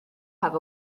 have